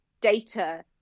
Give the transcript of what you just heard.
data